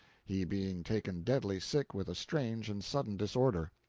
he being taken deadly sick with a strange and sudden disorder.